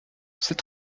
c’est